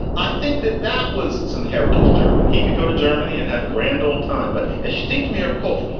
i think that that was some heritage german. he could go to germany and have a grand old time but extinct. miriam corp.